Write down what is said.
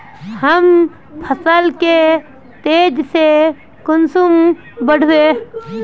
हम फसल के तेज से कुंसम बढ़बे?